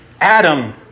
Adam